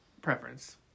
preference